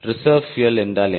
reserve fuel என்றால் என்ன